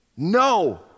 No